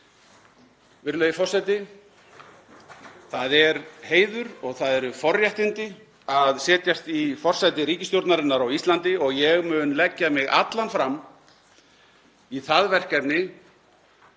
Virðulegi forseti. Það er heiður og það eru forréttindi að setjast í forsæti ríkisstjórnarinnar á Íslandi og ég mun leggja mig allan fram í það verkefni,